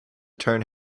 turn